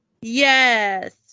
Yes